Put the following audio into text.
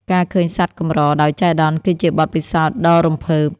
ការឃើញសត្វកម្រដោយចៃដន្យគឺជាបទពិសោធន៍ដ៏រំភើប។